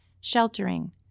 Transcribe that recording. Sheltering